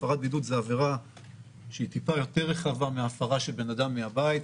הפרת בידוד זו עבירה שהיא טיפה יותר רחבה מהפרה של יציאה מהבית.